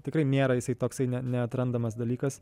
tikrai nėra jisai toksai ne neatrandamas dalykas